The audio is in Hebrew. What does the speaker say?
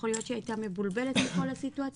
יכול להיות שהיא היתה מבולבלת מכל הסיטואציה.